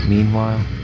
Meanwhile